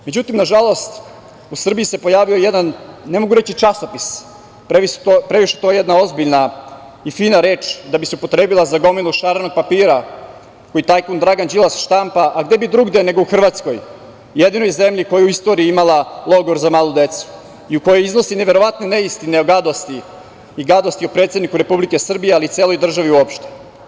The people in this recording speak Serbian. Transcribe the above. Međutim, nažalost u Srbiji se pojavio jedan ne mogu reći časopis, previše je to jedna ozbiljna i fina reč da bi se upotrebila za gomilu šarenog papira, koju tajkun Dragan Đilas štampa, a gde bi drugde nego u Hrvatskoj, jedinoj zemlji koja je u istoriji imala logor za malu decu i u kojoj iznosi neverovatne neistine i gadosti o predsedniku Republike Srbije ali i celoj državi uopšte.